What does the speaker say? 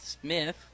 Smith